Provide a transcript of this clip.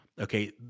okay